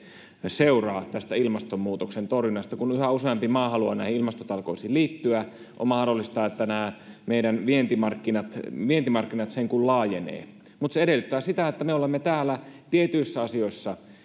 seuraa tästä ilmastonmuutoksen torjunnasta kun yhä useampi maa haluaa näihin ilmastotalkoisiin liittyä on mahdollista että nämä meidän vientimarkkinamme vientimarkkinamme sen kuin laajenevat mutta se edellyttää sitä että me olemme täällä tietyissä asioissa